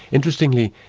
interestingly,